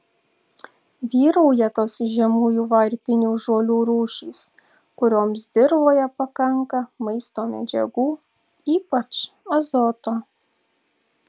vyrauja tos žemųjų varpinių žolių rūšys kurioms dirvoje pakanka maisto medžiagų ypač azoto